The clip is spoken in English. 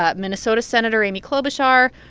ah minnesota senator amy klobuchar,